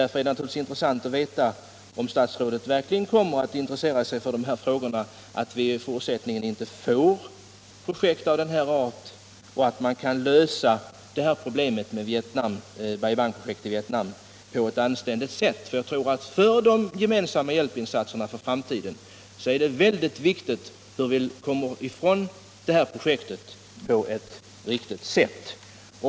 Därför är det naturligtvis av vikt att få veta om statsrådet verkligen kommer att intressera sig för de här frågorna, så att vi i fortsättningen inte får projekt av den här arten och så att man kan lösa problemen med Bai Bang-projektet i Vietnam på ett anständigt sätt. Jag tror att det för de gemensamma hjälpinsatserna i framtiden är mycket viktigt att vi kommer ifrån detta projekt på ett riktigt sätt.